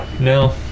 No